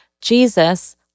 Jesus